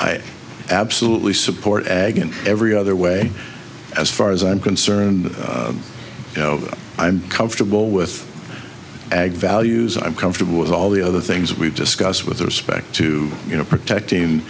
i absolutely support ag and every other way as far as i'm concerned you know i'm comfortable with ag values i'm comfortable with all the other things we've discussed with respect to you know protecting